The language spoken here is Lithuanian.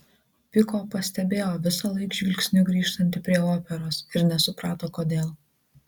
piko pastebėjo visąlaik žvilgsniu grįžtanti prie operos ir nesuprato kodėl